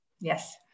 Yes